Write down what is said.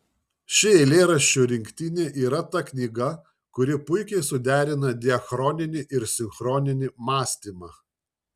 ši eilėraščių rinktinė yra ta knyga kuri puikiai suderina diachroninį ir sinchroninį mąstymą